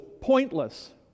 pointless